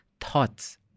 Thoughts